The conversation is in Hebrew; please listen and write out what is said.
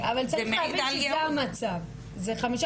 זה מעיד על --- אין ספק.